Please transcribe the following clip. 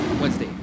Wednesday